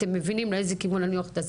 אתם מבינים לאיזה כיוון אני הולכת,